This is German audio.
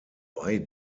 bei